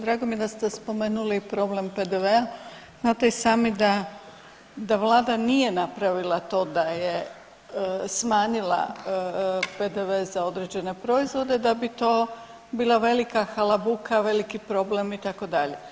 Drago mi je da ste spomenuli problem PDV-a, znate i sami da vlada nije napravila to da je smanjila PDV za određene proizvode da bi to bila velika halabuka, veliki problem itd.